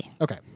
Okay